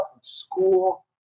school